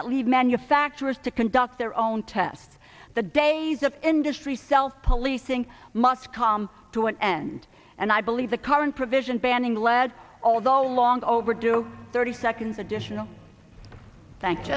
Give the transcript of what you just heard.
that lead manufacturers to conduct their own tests the days of industry self policing must come to an end and i believe the current provision banning lead although long overdue thirty seconds additional thank